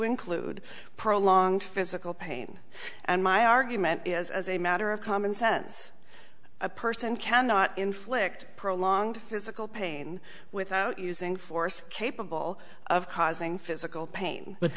include prolonged physical pain and my argument is as a matter of common sense a person cannot inflict prolonged physical pain without using force capable of causing physical pain but